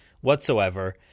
whatsoever